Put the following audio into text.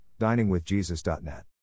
diningwithjesus.net